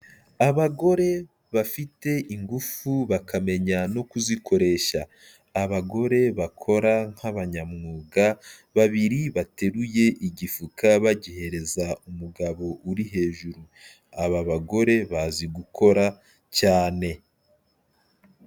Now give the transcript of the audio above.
Abagore bafite ingufu bakamenya no kuzikoresha, abagore bakora nk'abanyamwuga babiri bateruye igifuka bagihereza umugabo uri hejuru, aba bagore bazi gukora cyane.